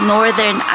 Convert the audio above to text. Northern